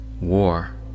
war